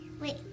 Wait